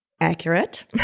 accurate